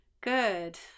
Good